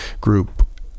group